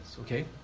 okay